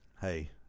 hey –